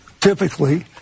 typically